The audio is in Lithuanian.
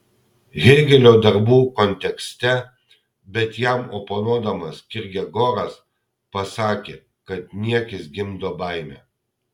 hėgelio darbų kontekste bet jam oponuodamas kirkegoras pasakė kad niekis gimdo baimę